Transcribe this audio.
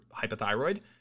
hypothyroid